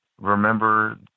remember